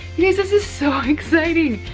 this is is so exciting.